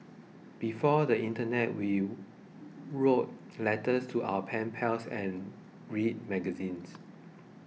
before the internet we wrote letters to our pen pals and read magazines